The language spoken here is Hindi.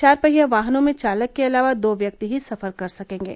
चार पहिया वाहनों में चालक के अलावा दो व्यक्ति ही सफर कर सकेंगे